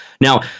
Now